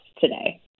today